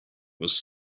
was